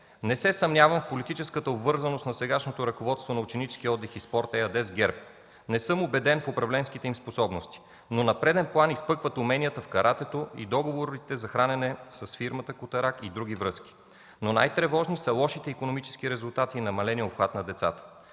Не се съмнявам в политическата обвързаност на сегашното ръководство на „Ученически отдих и спорт” ЕАД с ГЕРБ. Не съм убеден в управленските им способности, но на преден план изпъкват уменията в каратето и договорите за хранене с фирмата „Котарак” и други връзки. Но най-тревожни са лошите икономически резултати и намаленият обхват на децата.